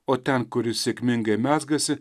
o ten kur jis sėkmingai mezgasi